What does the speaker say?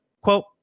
Quote